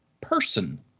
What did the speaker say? person